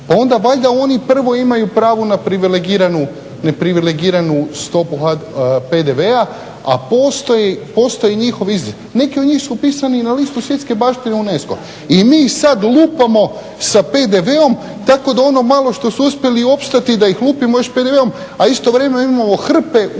pa onda valjda oni prvo imaju pravo na privilegiranu, neprivilegiranu stopu PDV-a, a postoji njihov …. Neki od njih su upisani i na listu svjetske baštine UNESCO-a i mi ih sad lupamo sa PDV-om tako da ono malo što su uspjeli opstati da ih lupimo još PDV-om, a istovremeno imamo hrpe uvoznih